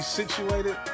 situated